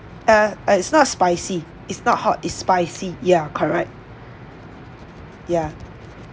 uh uh it's not spicy it's not hot is spicy ya correct ya